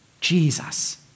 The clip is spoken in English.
Jesus